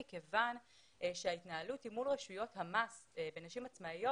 מכיוון שההתנהלות היא מול רשויות המס בנשים עצמאיות,